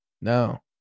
No